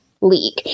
league